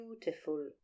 beautiful